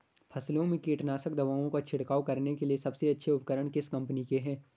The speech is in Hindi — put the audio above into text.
फसलों में कीटनाशक दवाओं का छिड़काव करने के लिए सबसे अच्छे उपकरण किस कंपनी के हैं?